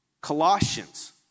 Colossians